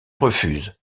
refuse